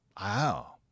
Wow